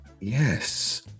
Yes